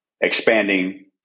expanding